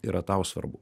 yra tau svarbu